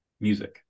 music